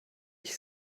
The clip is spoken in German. ich